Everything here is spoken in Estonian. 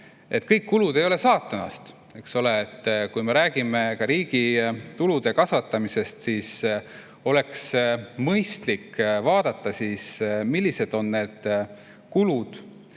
kõik kulud ei ole saatanast. Kui me räägime riigi tulude kasvatamisest, siis oleks mõistlik vaadata, millised on need kuluread